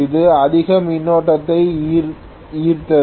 அது அதிக மின்னோட்டத்தை ஈர்த்தது